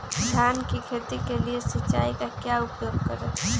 धान की खेती के लिए सिंचाई का क्या उपयोग करें?